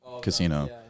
casino